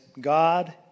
God